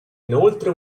inoltre